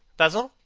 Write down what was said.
basil,